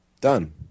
Done